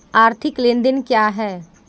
आर्थिक लेनदेन क्या है?